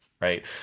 right